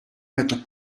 met